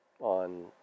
on